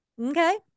Okay